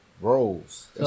roles